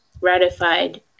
ratified